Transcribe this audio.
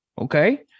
Okay